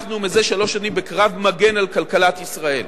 אנחנו זה שלוש שנים בקרב מגן על כלכלת ישראל.